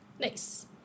Nice